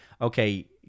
okay